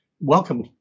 welcome